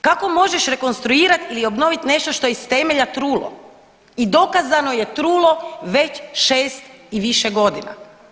Kako možeš rekonstruirat ili obnovit nešto što je iz temelja trulo i dokazano je trulo već šest i više godina.